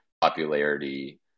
popularity